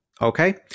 Okay